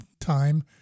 time